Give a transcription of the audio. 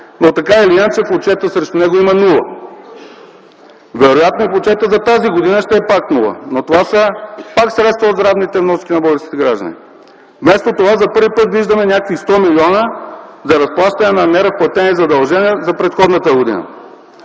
но така или иначе в отчета срещу него има нула. Вероятно и в отчета за тази година ще е пак нула. Но това са пак средства от здравните вноски на българските граждани. Вместо това, за първи път виждаме някакви 100 милиона за разплащане на неразплатени задължения за предходната година.